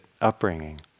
upbringing